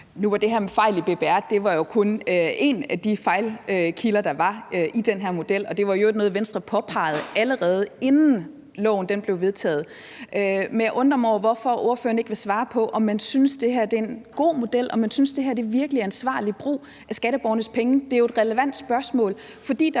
Bjerre (V): Nu var det her en fejl i BBR, men det var jo kun en af de fejlkilder, der var i den her model. Og det var i øvrigt noget, Venstre påpegede, allerede inden loven blev vedtaget. Men jeg undrer mig over, at ordføreren ikke vil svare på, om man synes, at det her er en god model, og om man synes, at det her virkelig er ansvarlig brug af skatteborgernes penge. Det er jo et relevant spørgsmål, fordi der